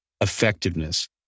effectiveness